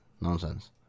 nonsense